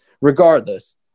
regardless